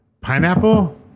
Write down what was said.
pineapple